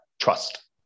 trust